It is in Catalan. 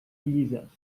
llises